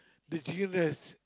the chicken rice